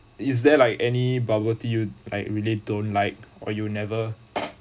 is there like any bubble tea you like really don't like or you never